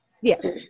Yes